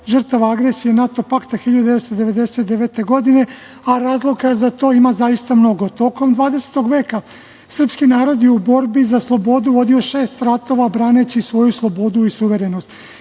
žrtava agresije NATO pakta 1999. godine, a razloga za to ima zaista mnogo. Tokom 20. veka srpski narod je u borbi za slobodu vodio šest ratova, braneći svoju slobodu i suverenost